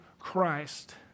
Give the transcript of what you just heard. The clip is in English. Christ